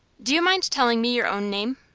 do you mind telling me your own name?